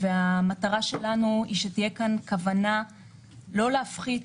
והמטרה שלנו היא שתהיה כאן כוונה לא להפחית